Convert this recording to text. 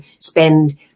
spend